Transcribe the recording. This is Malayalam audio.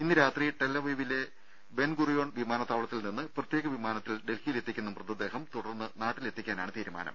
ഇന്ന് രാത്രി ടെൽ അവീവിലെ ബെൻ ഗുറിയോൺ വിമാനത്താവളത്തിൽനിന്ന് പ്രത്യേക വിമാനത്തിൽ ഡൽഹിയിലെത്തിക്കുന്ന മൃതദേഹം തുടർന്ന് നാട്ടിലെത്തിക്കാനാണ് തീരുമാനം